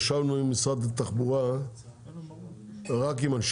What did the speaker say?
ישבנו גם עם משרד התחבורה,